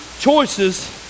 choices